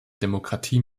demokratie